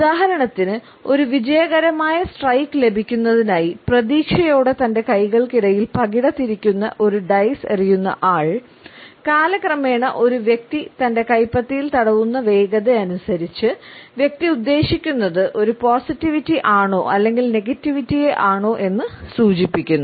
ഉദാഹരണത്തിന് ഒരു വിജയകരമായ സ്ട്രൈക്ക് ലഭിക്കുന്നതിനായി പ്രതീക്ഷയോടെ തന്റെ കൈകൾക്കിടയിൽ പകിട തിരിക്കുന്ന ഒരു ഡൈസ് എറിയുന്നയാൾ കാലക്രമേണ ഒരു വ്യക്തി തൻറെ കൈപ്പത്തിയിൽ തടവുന്ന വേഗത അനുസരിച്ച് വ്യക്തി ഉദ്ദേശിക്കുന്നത് ഒരു പോസിറ്റിവിറ്റി ആണോ അല്ലെങ്കിൽ നെഗറ്റിവിറ്റിയെ ആണോ എന്ന് സൂചിപ്പിക്കുന്നു